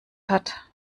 hat